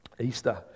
Easter